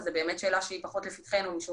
זו באמת שאלה שהיא פחות לפתחנו משום